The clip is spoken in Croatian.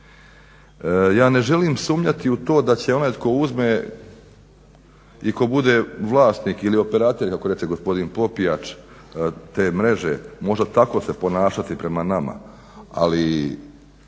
Ja ne želim sumnjati u to da će onaj tko uzme i tko bude vlasnik ili operater kako reče gospodin Popijač te mreže možda tako se ponašati prema nama, ali